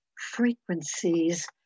frequencies